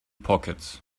pockets